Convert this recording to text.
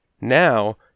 Now